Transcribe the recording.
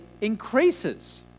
increases